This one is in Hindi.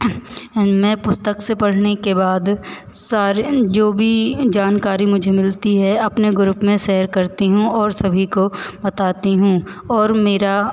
मैं पुस्तक से पढ़ने के बाद सारी जो भी जानकारी मुझे मिलती है अपने ग्रुप में सेयर करती हूँ और सभी को बताती हूँ और मेरा